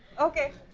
ok.